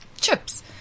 chips